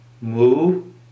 move